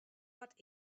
what